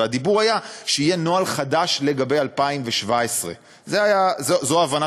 והדיבור היה שיהיה נוהל חדש לגבי 2017. זו ההבנה